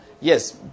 Yes